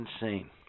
insane